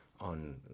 on